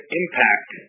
impact